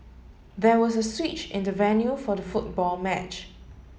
there was a switch in the venue for the football match